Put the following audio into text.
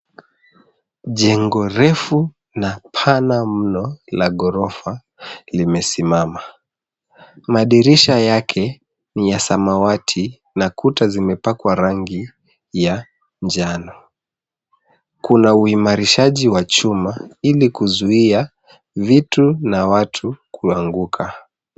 Jengo refu na pana mno la ghorofa limesimama. Madirisha yake ni ya samawati na kuta zimepakwa rangi ya njano. Kuna uimarishaji wa chuma ili kuzuia vitu na watu kuanguka.